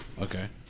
Okay